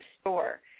store